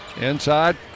inside